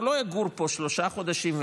הוא לא יגור פה שלושה חודשים,